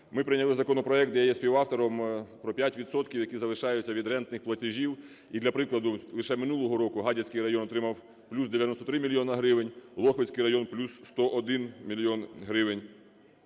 Ми прийняли законопроект, де я є співавтором, про 5 відсотків, які залишаються від рентних платежів. І, для прикладу, лише минулого року Гадяцький район отримав плюс 93 мільйона гривень, Лохвицький район - плюс 101 мільйон